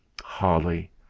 Holly